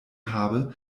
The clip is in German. habe